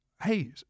Hey